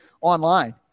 online